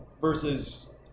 versus